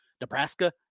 Nebraska